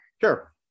Sure